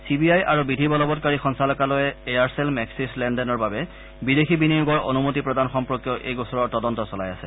C B I আৰু বিধি বলবংকাৰী সঞ্চালকালয়ে এয়াৰচেল মেক্সিছ লেনদেনৰ বাবে বিদেশী বিনিয়োগৰ অনুমতি প্ৰদান সম্পৰ্কীয় এই গোচৰৰ তদন্ত চলাই আছে